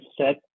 set